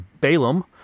Balaam